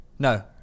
No